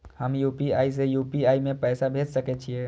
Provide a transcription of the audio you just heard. हम यू.पी.आई से यू.पी.आई में पैसा भेज सके छिये?